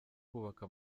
kubaka